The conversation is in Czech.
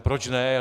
Proč ne?